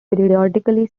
periodically